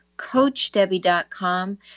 coachdebbie.com